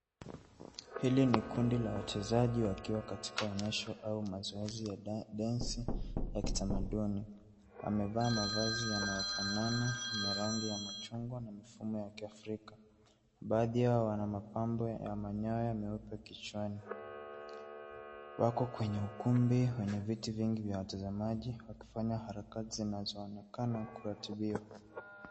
Hili ni kundi la wachezaji wakiwa katika onyesho au mazoezi ya densi la kitamaduni. Wamevaa mavazi yanayofanana na rangi ya machungwa na mfumo wa kiafrika. Baadhi yao wana mapambo ya manyoya meupe kichwani. Wako kwenye ukumbi wenye viti vingi vya watazamaji wakifanya harakati zinazoonekana kuratibiwa.